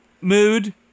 Mood